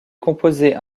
composés